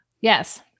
Yes